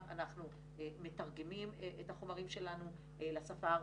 גם אנחנו תמיד מתרגמים את החומרים שלנו לשפה הערבית.